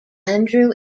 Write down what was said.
andrew